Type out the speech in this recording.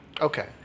Okay